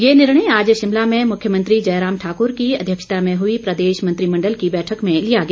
ये निर्णय आज शिमला में मुख्यमंत्री जयराम ठाकर की अध्यक्षता में हई प्रदेश मंत्रिमंडल की बैठक में लिया गया